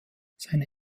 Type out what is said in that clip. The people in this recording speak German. seine